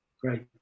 great